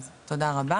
אז, תודה רבה.